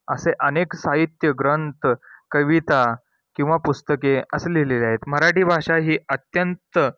असे अनेक साहित्य ग्रंथ कविता किंवा पुस्तके असलेले आहेत मराठी भाषा ही अत्यंत